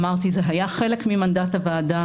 אמרתי שזה היה חלק ממנדט הוועדה,